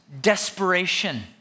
desperation